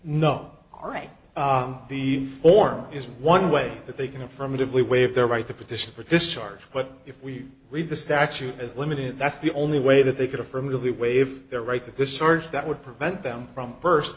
no all right the form is one way that they can affirmatively waive their right to petition for discharge but if we read the statute as limited that's the only way that they could affirmatively waive their right to this charge that would prevent them from fir